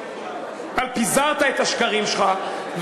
אתה פיזרת את השקרים שלך,